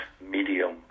medium